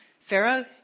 Pharaoh